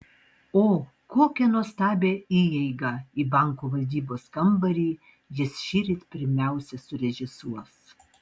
o kokią nuostabią įeigą į banko valdybos kambarį jis šįryt pirmiausia surežisuos